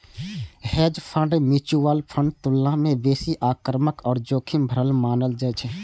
hedge fund mutual फंडक तुलना मे बेसी आक्रामक आ जोखिम भरल मानल जाइ छै